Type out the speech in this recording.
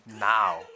now